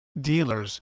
dealers